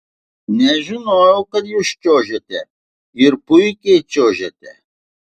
nežinojau kad jūs čiuožiate ir puikiai čiuožiate